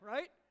Right